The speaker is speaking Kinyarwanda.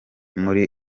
muri